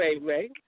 Ray